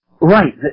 right